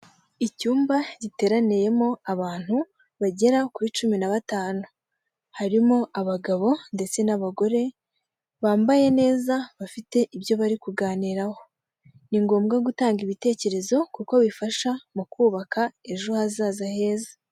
Icyumba giteraniyemo abantu bagera kuri cumi na batanu, harimo abagabo ndetse n'abagore bambaye neza bafite ibyo bari kuganiraho ,ni ngombwa gutanga ibitekerezo kuko bifasha mu kubaka ejo hazaza heza.